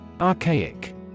Archaic